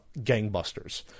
gangbusters